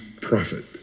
prophet